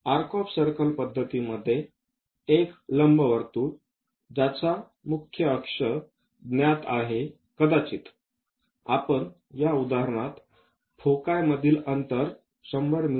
arc of circle पद्धतीमध्ये एक लंबवर्तुळ ज्याचा मुख्य अक्ष ज्ञात आहे कदाचित आपण या उदाहरणात फोकायमधील अंतर 100 मि